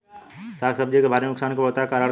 साग सब्जी के भारी नुकसान के बहुतायत कारण का बा?